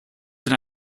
denn